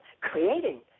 creating